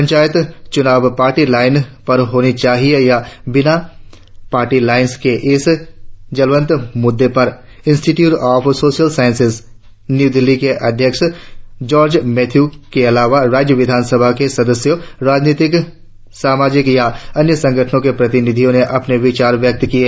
पंचायत चुनाव party line पर होना चाहिए या बिना पार्टी लाईंस के इस ज्वलंत मुद्दे पर इंस्टीट्यूट ऑफ सोसल साइंसेज नई दिल्ली के अध्यक्ष जार्ज मैथ्यू के अलावा राज्य विधानसभा के सदस्यों राजनीतिक सामाजिक या अन्य संगठनों के प्रतिनिधियों ने अपने विचार व्यक्त किए